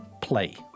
Play